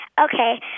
Okay